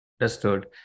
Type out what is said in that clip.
Understood